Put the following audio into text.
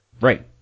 Right